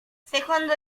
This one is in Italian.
secondo